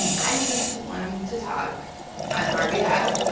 i just want to talk on our behalf.